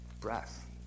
breath